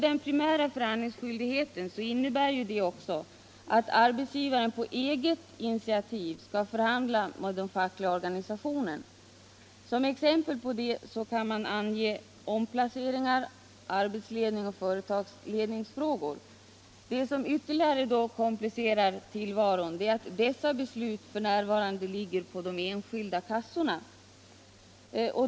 Den primära förhandlingsskyldigheten innebär ju att arbetsgivaren på eget initiativ skall förhandla med de fackliga organisationerna. Som exempel kan nämnas omplaceringar, arbetsledning och företagsledningsfrågor. Vad som då ytterligare komplicerar tillvaron är att dessa beslut f.n. ligger på de enskilda kassorna.